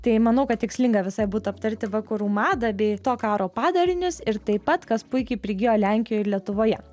tai manau kad tikslinga visai būtų aptarti vakarų madą bei to karo padarinius ir taip pat kas puikiai prigijo lenkijoj ir lietuvoje